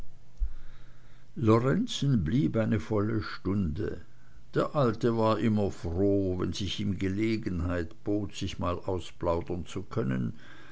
lorenzen blieb eine volle stunde der alte war immer froh wenn sich ihm gelegenheit bot sich mal ausplaudern zu können